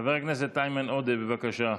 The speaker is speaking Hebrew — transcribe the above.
חבר הכנסת איימן עודה, בבקשה.